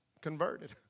converted